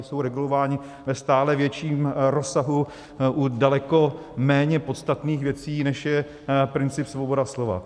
Jsou regulováni ve stále větším rozsahu u daleko méně podstatných věcí, než je princip svobody slova.